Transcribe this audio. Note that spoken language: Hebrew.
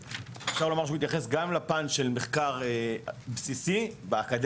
אפשר לומר שהדו"ח הזה מתייחס גם לפן של מחקר בסיסי באקדמיה,